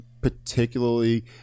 particularly